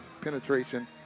penetration